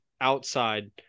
outside